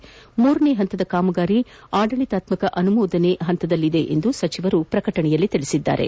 ಇನ್ನು ಮೂರನೇ ಹಂತದ ಕಾಮಗಾರಿ ಆಡಳಿತಾತ್ಮಕ ಅನುಮೋದನೆ ಹಂತದಲ್ಲಿದೆ ಎಂದು ಸಚೆವರು ಪ್ರಕಟಣೆಯಲ್ಲಿ ತಿಳಿಸಿದ್ದಾರೆ